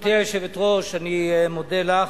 גברתי היושבת-ראש, אני מודה לך,